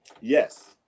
yes